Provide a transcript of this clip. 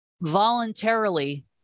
voluntarily